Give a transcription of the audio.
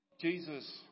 Jesus